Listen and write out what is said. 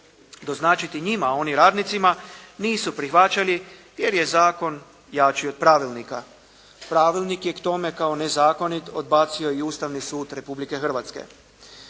doznačiti njima, a oni radnicima nisu prihvaćali jer je zakon jači od pravilnika. Pravilnik je k tome kao nezakonit odbacio i Ustavni sud Republike Hrvatske.